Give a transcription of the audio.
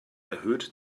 erhöht